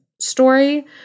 story